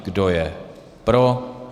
Kdo je pro?